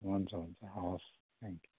हुन्छ हुन्छ हवस्